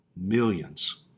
Millions